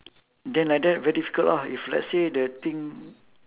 then like that very difficult lah if let's say the thing